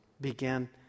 began